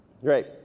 Great